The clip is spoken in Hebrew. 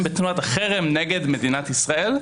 רבים כדי להילחם בתנועת החרם נגד מדינת ישראל,